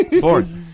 Fourth